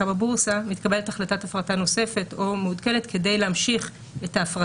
בבורסה מתקבלת החלטת הפרטה נוספת או מעודכנת כדי להמשיך את ההפרטה.